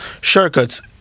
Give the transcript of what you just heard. shortcuts